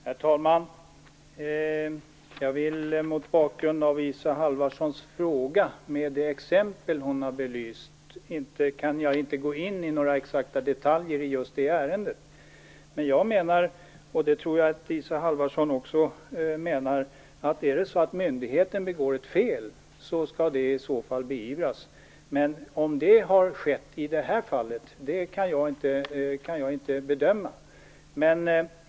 Herr talman! Jag vill mot bakgrund av Isa Halvarssons fråga och det exempel hon har nämnt säga att jag inte kan gå in på några exakta detaljer i just det ärendet. Men jag menar, och det tror jag att Isa Halvarsson också gör, att om myndigheten begår ett fel skall det beivras. Om det har skett i det här fallet kan jag dock inte bedöma.